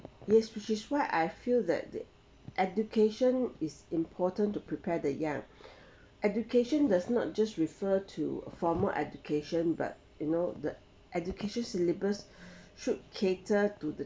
yes which is why I feel that that education is important to prepare the yard education does not just refer to a formal education but you know the education syllabus should cater to the